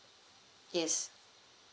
yes